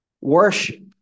worship